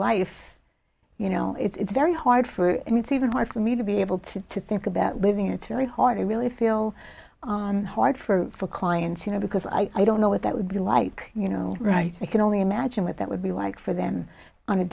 life you know it's very hard for him it's even hard for me to be able to to think about living it's very hard i really feel on hard for for clients you know because i don't know what that would be like you know i can only imagine what that would be like for them on a